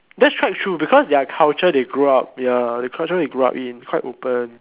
that's quite true because their culture they grew up ya the culture they grew up on quite open